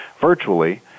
virtually